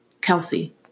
Kelsey